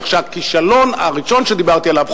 כך שהכישלון הראשון שדיברתי עליו,